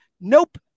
nope